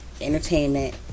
entertainment